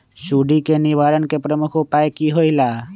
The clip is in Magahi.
सुडी के निवारण के प्रमुख उपाय कि होइला?